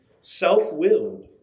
self-willed